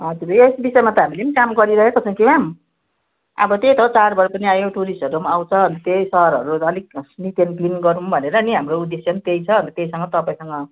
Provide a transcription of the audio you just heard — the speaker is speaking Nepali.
हजुर एस विषयमा त हामीले पनि काम गरिरहेको छौँ कि म्याम अब त्यही त हो चाडबाड पनि आयो टुरिस्टहरूम् आउँछ र त्यही शहरहरू अलिक निट एन क्लिन गरौँ भनेर नि हाम्रो उद्देश्य पनि त्यही छ अन्त त्यहीसँग तपाईँसँग